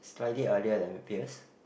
slightly earlier than my peers